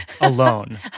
Alone